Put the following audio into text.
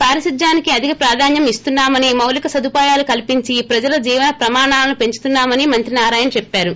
పారిశుధ్యానికి అధిక ప్రాధాన్యం ఇస్తున్నామని మౌలిక సదుపాయాలు కల్సించి ప్రజల జీవన ప్రమాణాలను పెంచుతున్నా మని మంత్రి నారాయణ చెప్పారు